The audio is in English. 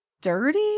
dirty